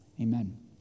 Amen